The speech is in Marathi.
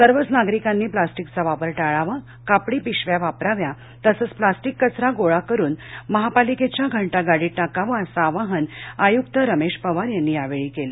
सर्वच नागरिकांनी प्लास्टीकचा वापर टाळावा कापडी पिशव्या वापराव्यात तसच प्लास्टीक कचरा गोळा करून महापालिकेच्या घंटागाडीत टाकावा असं आवाहन आयुक्त रमेश पवार यांनी यावेळी केलं